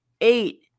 eight